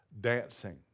dancing